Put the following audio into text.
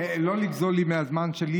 לא לגזול לי מהזמן שלי,